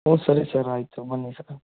ಹ್ಞೂ ಸರಿ ಸರ್ ಆಯಿತು ಬನ್ನಿ ಸರ್